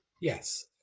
Yes